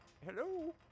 Hello